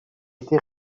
été